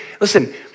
Listen